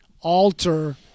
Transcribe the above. alter